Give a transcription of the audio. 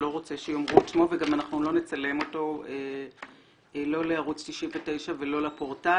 שלא רוצה שיאמרו את שמו וגם אנחנו לא נצלם אותו לא לערוץ 99 ולא לפורטל.